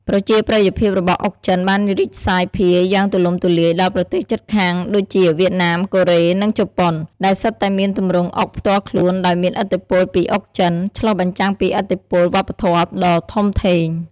ប្រជាប្រិយភាពរបស់អុកចិនបានរីកសាយភាយយ៉ាងទូលំទូលាយដល់ប្រទេសជិតខាងដូចជាវៀតណាម កូរ៉េ និងជប៉ុន ដែលសុទ្ធតែមានទម្រង់អុកផ្ទាល់ខ្លួនដោយមានឥទ្ធិពលពីអុកចិន ឆ្លុះបញ្ចាំងពីឥទ្ធិពលវប្បធម៌ដ៏ធំធេង។